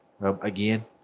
again